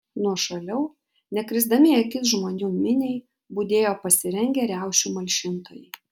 nuošaliau nekrisdami į akis žmonių miniai budėjo pasirengę riaušių malšintojai